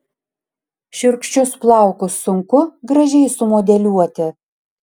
šiurkščius plaukus sunku gražiai sumodeliuoti